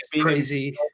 crazy